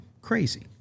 crazy